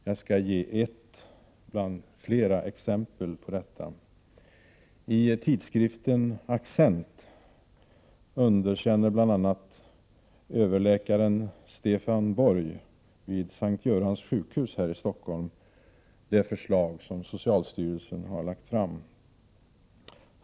Jag skall ge ett bland flera exempel på detta. I tidskriften Accent underkänner bl.a. överläkaren Stefan Borg vid S:t Görans sjukhus här i Stockholm det förslag som socialstyrelsen har lagt fram.